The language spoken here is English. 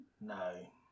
No